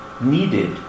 needed